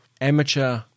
amateur